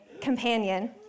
companion